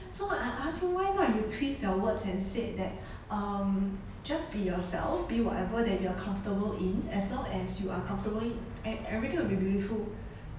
so I ask him why not you twist your words and said that um just be yourself be whatever that you are comfortable in as long as you are comfortably at everything will be beautiful